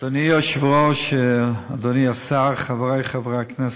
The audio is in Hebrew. אדוני היושב-ראש, אדוני השר, חברי חברי הכנסת,